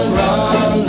run